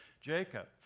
Jacob